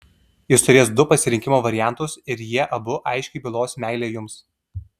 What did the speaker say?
jis turės du pasirinkimo variantus ir jie abu aiškiai bylos meilę jums